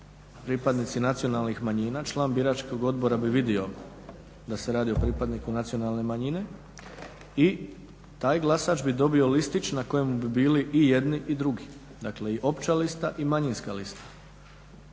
pripadnici nacionalnih manjina, član biračkog odbora bi vidio da se radi o pripadniku nacionalne manjine i taj glasač bi dobio listić na kojemu bi bili i jedni i drugi, i opća lista i manjinska lista,